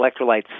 electrolytes